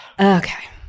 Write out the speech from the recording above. Okay